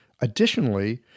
Additionally